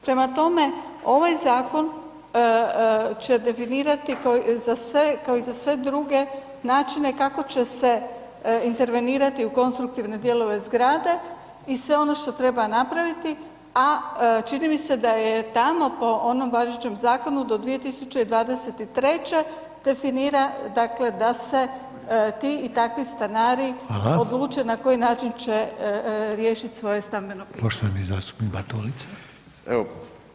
Prema tome, ovaj zakon će definirati za sve, kao i za sve druge načine kako će se intervenirati u konstruktivne dijelove zgrade i sve ono što treba napraviti, a čini mi se da je tamo po onom važećem zakonu do 2023. definira, dakle da se ti i takvi stanari [[Upadica: Hvala]] odluče na koji način će riješit svoje stambeno pitanje.